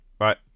Right